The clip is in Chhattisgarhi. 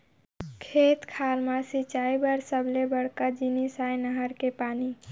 खेत खार म सिंचई बर सबले बड़का जिनिस आय नहर के पानी